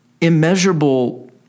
immeasurable